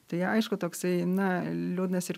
tai aišku toksai na liūdnas ir